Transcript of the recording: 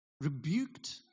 Rebuked